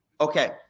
Okay